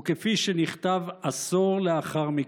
וכפי שנכתב עשור לאחר מכן,